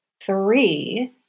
Three